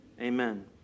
Amen